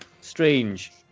Strange